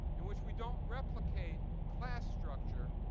in which we don't replicate class structure,